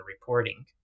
reporting